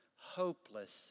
hopeless